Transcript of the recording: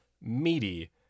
meaty